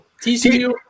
TCU